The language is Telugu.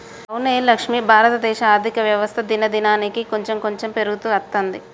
అవునే లక్ష్మి భారతదేశ ఆర్థిక వ్యవస్థ దినదినానికి కాంచెం కాంచెం పెరుగుతూ అత్తందే